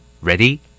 Ready